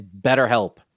BetterHelp